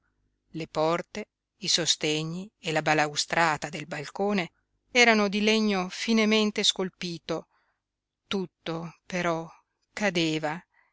le porte i sostegni e la balaustrata del balcone erano in legno finemente scolpito tutto però cadeva